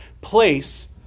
place